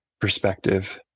perspective